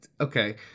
Okay